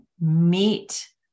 meet